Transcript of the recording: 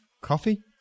Coffee